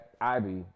ivy